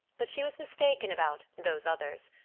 but she was mistaken about those others.